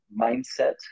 mindset